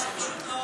בסדר, זה הכי חשוב.